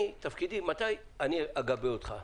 מתי אני אגבה אותך?